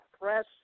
Press